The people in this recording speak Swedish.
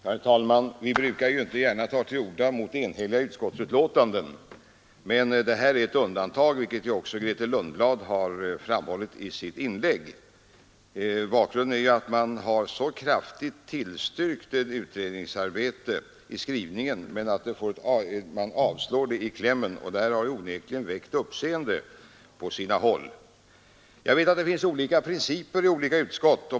Herr talman! Vi brukar inte gärna ta till orda mot enhälliga utskottsbetänkanden. Men det här är ett undantag, vilket också fru Lundblad har framhållit i sitt inlägg. Bakgrunden är att utskottet i sin skrivning mycket kraftigt tillstyrkt ett utredningsarbete, men att önskemålet därom avslås i klämmen. Detta har onekligen väckt uppseende på sina håll. Jag vet att det finns olika principer i olika utskott.